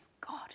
God